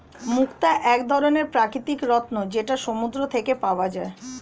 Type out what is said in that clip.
মুক্তা এক ধরনের প্রাকৃতিক রত্ন যেটা সমুদ্র থেকে পাওয়া যায়